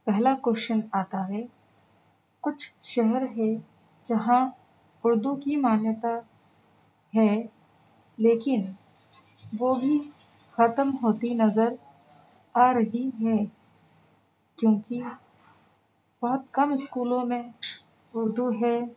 پہلا کوئسچن آتا ہے کچھ شہر ہے جہاں اردو کی مانیتا ہے لیکن وہ بھی ختم ہوتی نظر آ رہی ہے کیونکہ بہت کم اسکولوں میں اردو ہے